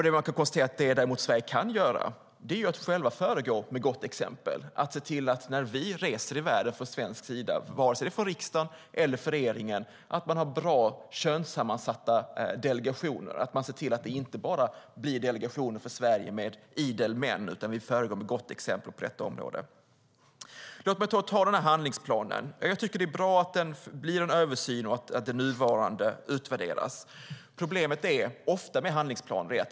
Det Sverige däremot kan göra är att föregå med gott exempel, att se till att vi, när vi reser i världen från svensk sida, vare sig det är för riksdagen eller för regeringen, har bra könssammansatta delegationer, att se till att det inte blir delegationer för Sverige med idel män utan att vi föregår med gott exempel på detta område. Låt mig så ta upp handlingsplanen. Jag tycker att det är bra att det blir en översyn och att den nuvarande utvärderas. Det finns ofta ett problem med handlingsplaner.